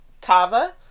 Tava